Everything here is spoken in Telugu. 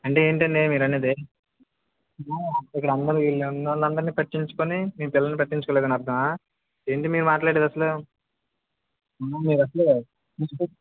అంటే ఏంటండి మీరనేది ఇక్కడందరు వీళ్ళ ఉన్నోళ్ళందరినీ పట్టించుకుని మీ పిల్లల్ని పట్టించుకోలేదని అర్ధమా ఏంటి మీరు మాట్లాడేది అసలు ముందు మీరు అసలు